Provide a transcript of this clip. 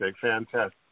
fantastic